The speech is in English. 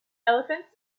elephants